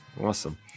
Awesome